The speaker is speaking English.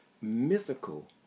mythical